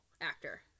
actor